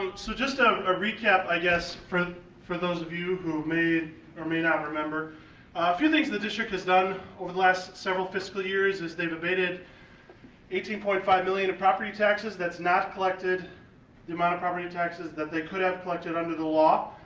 so just ah a recap, i guess, for for those of you who may or may not remember. a few things the district has done over the last several fiscal years is they've abated eighteen point five million in property taxes, that's not collected the amount of property taxes that they could have collected under the law.